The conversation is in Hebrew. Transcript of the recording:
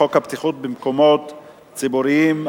לחוק הבטיחות במקומות ציבוריים,